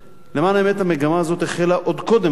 למען האמת, המגמה הזאת החלה עוד קודם לכן.